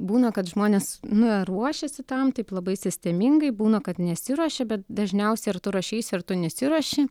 būna kad žmonės na ruošiasi tam taip labai sistemingai būna kad nesiruošia bet dažniausiai ar tu ruošeisi ir tu nesiruoši